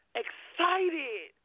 excited